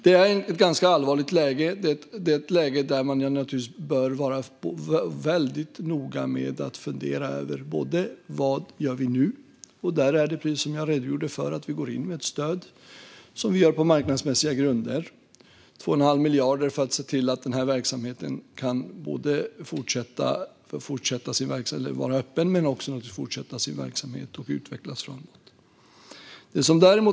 Det är ett ganska allvarligt läge. Det är ett läge där man naturligtvis bör vara väldigt noga med att fundera över vad vi ska göra nu. Precis som jag redogjorde för går vi in med ett stöd, och vi gör det på marknadsmässiga grunder. Vi går in med 2,5 miljarder för att se till att denna verksamhet kan fortsätta att vara öppen och utvecklas framöver.